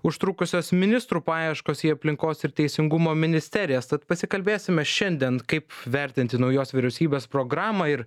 užtrukusios ministrų paieškos į aplinkos ir teisingumo ministerijas tad pasikalbėsime šiandien kaip vertinti naujos vyriausybės programą ir